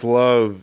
love